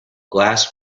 glass